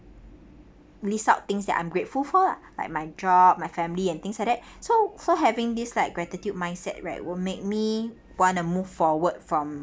list out things that I am grateful for lah like my job my family and things like that so so having this like gratitude mindset right will make me want to move forward from